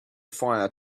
fire